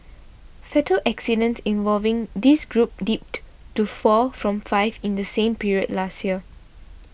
fatal accidents involving this group dipped to four from five in the same period last year